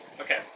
Okay